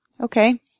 Okay